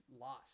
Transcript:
lost